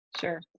Sure